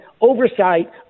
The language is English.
oversight